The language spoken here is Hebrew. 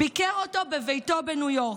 ביקר אותו בביתו בניו יורק,